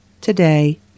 today